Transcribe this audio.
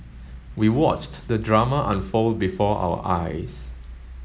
we watched the drama unfold before our eyes